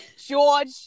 George